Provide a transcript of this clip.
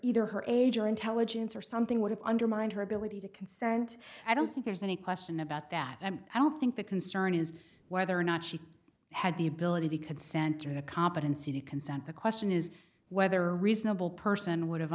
either her age or intelligence or something would have undermined her ability to consent i don't think there's any question about that and i don't think the concern is whether or not she had the ability to consent to the competency to consent the question is whether reasonable person would